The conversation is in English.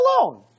alone